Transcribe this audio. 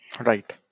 Right